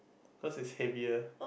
cause it's heavier